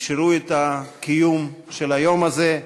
אפשרו את קיום היום הזה.